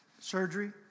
surgery